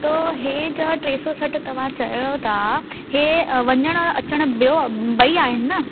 त हे ज टे सौ सठि तव्हां चयो था हे वञणु अचणु ॿियों ॿई आहिनि न